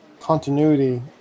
continuity